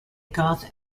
goth